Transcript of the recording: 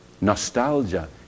nostalgia